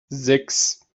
sechs